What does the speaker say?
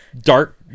dark